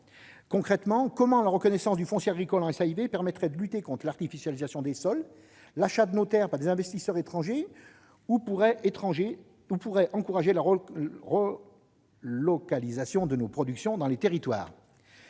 Concrètement, comment la reconnaissance du foncier agricole en tant que SAIV permettrait-elle de lutter contre l'artificialisation des sols ou l'achat de nos terres par des investisseurs étrangers ? Comment pourrait-elle encourager la relocalisation de nos productions dans les territoires ?